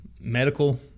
medical